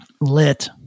lit